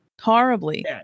horribly